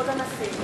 כבוד הנשיא!